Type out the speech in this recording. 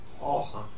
Awesome